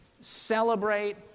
celebrate